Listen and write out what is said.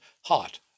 hot